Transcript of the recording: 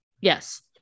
Yes